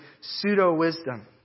pseudo-wisdom